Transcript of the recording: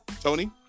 Tony